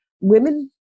Women